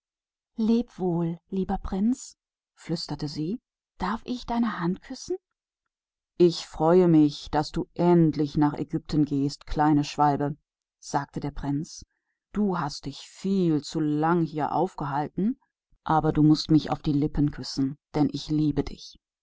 guter prinz sagte er ganz leise darf ich deine hand küssen ich freue mich daß du jetzt nach ägypten gehst sagte der prinz du bist schon zu lange hiergeblieben kleiner schwälberich aber du mußt mich auf den mund küssen denn ich liebe dich